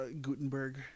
Gutenberg